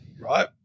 right